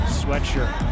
sweatshirt